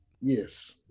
Yes